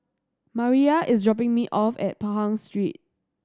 Mariyah is dropping me off at Pahang Street